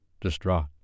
distraught